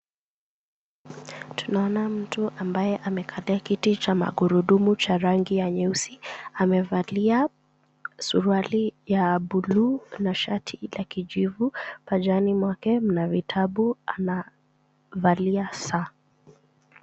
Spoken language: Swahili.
Tunaona mtu ambaye amekalia kiti cha magurundumu cha rangi ya nyeusi amevalia suruali ya blue na shati la kijivu. Pajani mwake mna vitabu na amevalia saa.